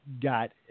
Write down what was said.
got